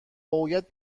باید